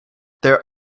their